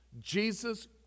jesus